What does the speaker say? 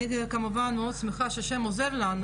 אני כמובן מאוד שמחה שה' עוזר לנו,